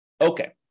Okay